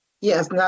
Yes